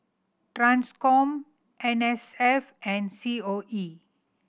Transcom N S F and C O E